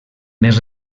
més